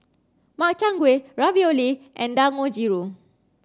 Makchang Gui Ravioli and Dangojiru